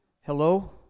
Hello